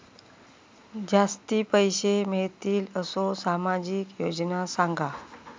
जास्ती पैशे मिळतील असो सामाजिक योजना सांगा?